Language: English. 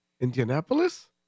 Indianapolis